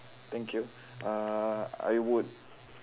thank you uh I would